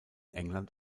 england